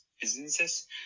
businesses